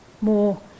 more